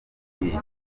iyi